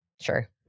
Sure